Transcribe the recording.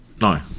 No